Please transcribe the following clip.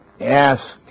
ask